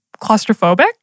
claustrophobic